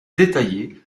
détaillée